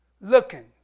looking